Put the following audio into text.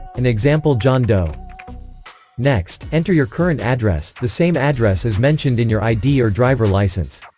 an example john doe next, enter your current address, the same address as mentioned in your id or driver license